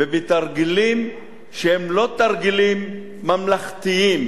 בתרגילים שהם לא תרגילים ממלכתיים.